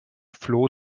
floh